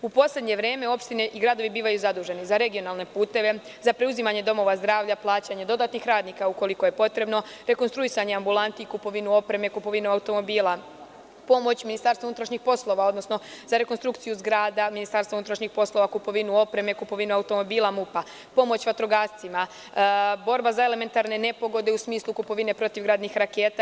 U poslednje vreme, opštine i gradovi bivaju zaduženi za regionalne puteve, za preuzimanje domova zdravlja, plaćanja dodatnih radnika, ukoliko je potrebno, rekonstruisanje ambulanti, kupovina opreme, kupovina automobila, pomoć MUP, odnosno za rekonstrukciju zgrada, MUP, kupovina opreme i automobila za MUP, pomoć vatrogascima, borba za elementarne nepogode, u smislu protivgradnih raketa.